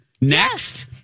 Next